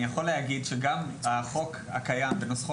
אני יכול להגיד שגם החוק הקיים בנוסחו